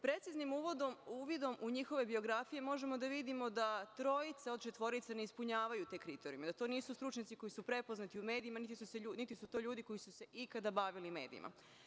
Preciznim uvidom u njihove biografije možemo da vidimo da trojica od četvorice ne ispunjavaju te kriterijume, da to nisu stručnjaci koji su prepoznati u medijima, nit su to ljudi koji su se ikada bavili medijima.